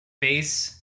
base